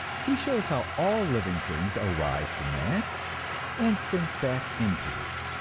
he shows how all living things arise from that and sink back into it.